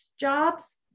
jobs